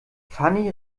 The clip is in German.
fanny